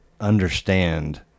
understand